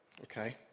okay